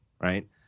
right